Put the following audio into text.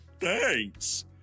Thanks